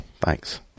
Thanks